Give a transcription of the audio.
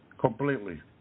completely